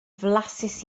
flasus